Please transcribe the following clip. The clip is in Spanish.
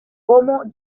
como